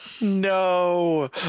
No